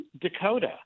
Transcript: Dakota